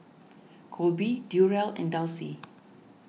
Kolby Durell and Dulcie